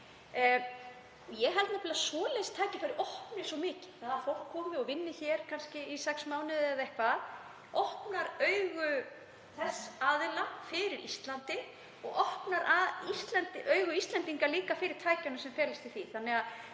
Ég held nefnilega að svoleiðis tækifæri opni svo mikið, að fólk komi og vinni hér kannski í sex mánuði eða eitthvað. Það opnar augu þessara aðila fyrir Íslandi og opnar líka augu Íslendinga fyrir tækifærunum sem felast í því.